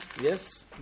Yes